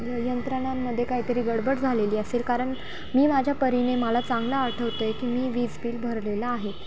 य यंत्रणांमध्ये काहीतरी गडबड झालेली असेल कारण मी माझ्या परीने मला चांगला आठवतं आहे की मी वीज बिल भरलेला आहे